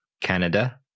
Canada